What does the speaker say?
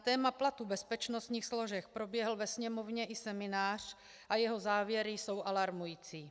Na téma platů bezpečnostních složek proběhl ve Sněmovně i seminář a jeho závěry jsou alarmující.